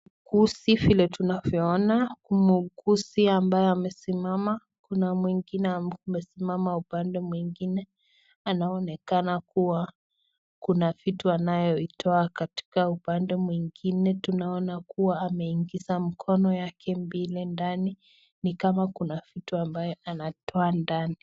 Kuhusu vile tunavyoiona muuguzi ambaye amesimama Kuna mwingine amesimama, upande mwingine anaonekana kuwa Kuna vitu anayeitoa, upande mwingine tunaona kuwa ameingiza mkono yake mbili ndani ni kama Kuna vitu amaye anatoa ndani.